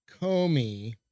Comey